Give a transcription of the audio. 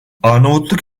arnavutluk